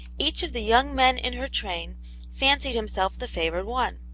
each of the young men in her train fancied himself the favoured one.